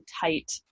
tight